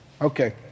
Okay